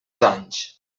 anys